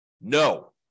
no